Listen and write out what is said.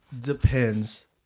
depends